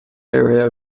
array